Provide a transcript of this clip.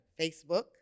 Facebook